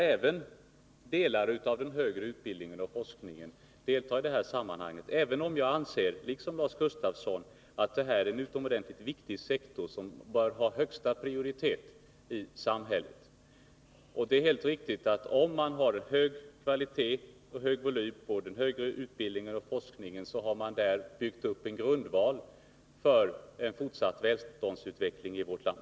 Även delar av den högre utbildningen och forskningen måste alltså delta i detta sammanhang, även om jag liksom Lars Gustafsson anser att detta är en sektor som 63 bör ha högsta prioritet i samhället. Det är alldeles riktigt att om man har en hög kvalitet och hög volym på den högre utbildningen och forskningen har man därmed byggt upp en grundval för fortsatt välståndsutveckling i vårt land.